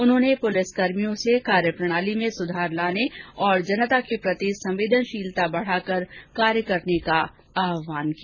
उन्होंने पुलिसकर्मियों से कार्य प्रणाली में सुधार लाने और जनता के प्रति संवेदनशीलता बढाकर कार्य करने का आहवान किया